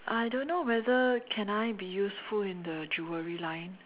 I don't know whether can I be useful in the Jewellery line